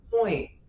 point